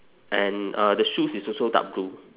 and uh the shoes is also dark blue